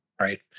right